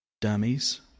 Dummies